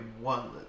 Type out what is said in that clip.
one